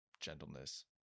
gentleness